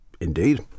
Indeed